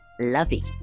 lovey